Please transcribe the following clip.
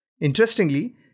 Interestingly